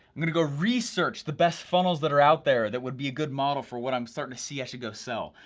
i'm gonna go research the best funnels that are out there that would be a good model for what i'm starting to see actually go sell.